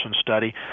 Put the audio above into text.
study